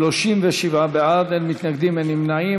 סיוע והנצחה)